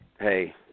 hey